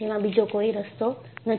જેમાં બીજો કોઈ રસ્તો નથી